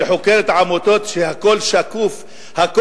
שחוקרת עמותות שהכול שקוף אצלן,